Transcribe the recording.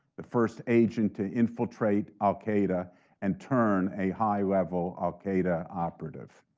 the first agent to infiltrate al-qaeda, and turn a high level al-qaeda operative.